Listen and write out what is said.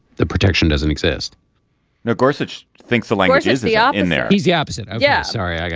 the protection doesn't exist now of course hatch thinks the language is the um in there. he's the opposite. yes and yeah sorry. yeah yeah